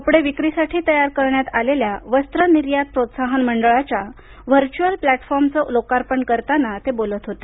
कपडे विक्रीसाठी तयार करण्यात आलेल्या वस्त्र निर्यात प्रोत्साहन मंडळाच्या व्हर्च्युअल प्लाटफॉर्मचं लोकार्पण करताना ते बोलत होते